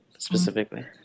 specifically